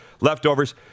leftovers